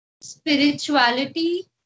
spirituality